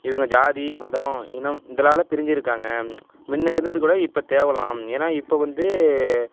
இவங்க ஜாதி மதம் இனம் இதனால பிரிஞ்சு இருக்காங்க முன்னே இருந்தது கூட இப்போ தேவலாம் ஏன்னா இப்போ வந்து